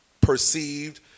perceived